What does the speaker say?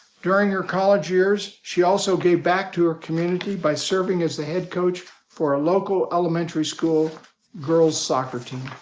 during her college years, she also gave back to her community by serving serving as the head coach for a local elementary school girl's soccer team.